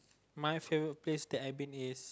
my favourite place that I've been is